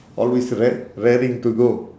always ra~ raring to go